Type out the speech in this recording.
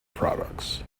products